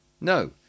No